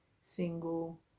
single